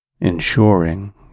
ensuring